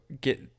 get